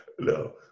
No